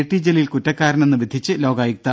T Jaleel കുറ്റക്കാരനെന്ന് വിധിച്ച് ലോകായുക്ത